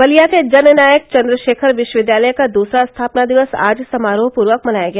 बलिया के जन नायक चन्द्रशेखर विश्वविद्यालय का दूसरा स्थापना दिवस आज समारोह पूर्वक मनाया गया